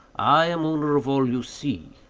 i am owner of all you see,